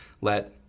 let